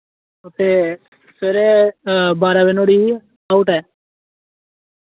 ते सवेरै बारां बजे नुआढ़ी आउट ऐ